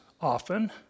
often